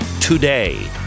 today